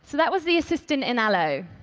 so that was the assistant in allo.